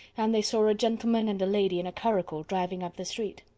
and they saw a gentleman and a lady in a curricle driving up the street.